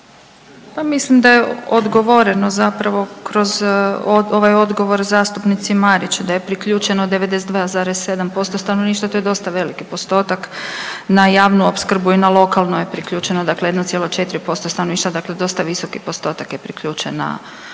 mislim da je odgovoreno zapravo kroz ovaj odgovor zastupnici Marić da je priključeno 92,7% stanovništva. To je dosta veliki postotak na javnu opskrbu i na lokalno je priključeno, dakle 1,4% stanovništva. Dakle, dosta visoki postotak je priključen na razne